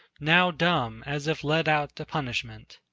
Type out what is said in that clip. now dumb as if led out to punishment.